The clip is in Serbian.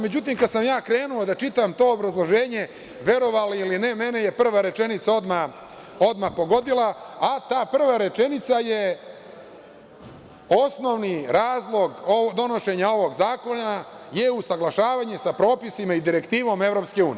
Međutim, kada sam ja krenuo da čitam to obrazloženje, verovali ili ne, meni je prva rečenica odmah pogodila, a ta prva rečenica je – osnovni razlog donošenja ovog zakona je usaglašavanje sa propisima i direktivom EU.